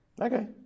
Okay